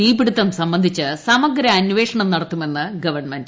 തീപിടുത്തം സംബന്ധിച്ച് സമഗ്ര അന്വേഷണം നടത്തുമെന്ന് ഗവൺമെന്റ്